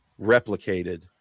replicated